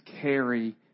carry